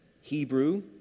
Hebrew